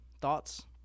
thoughts